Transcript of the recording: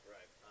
Right